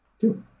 Two